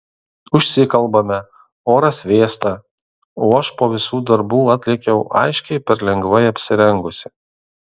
užsikalbame oras vėsta o aš po visų darbų atlėkiau aiškiai per lengvai apsirengusi